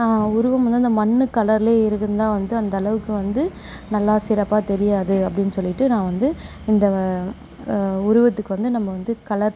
உருவம் வந்து இந்த மண் கலரில் இருக்குது தான் வந்து அந்தளவுக்கு வந்து நல்லா சிறப்பாக தெரியாது அப்படீனு சொல்லிட்டு நான் வந்து இந்த வ உருவத்துக்கு வந்து நம்ம வந்து கலர்